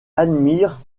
admire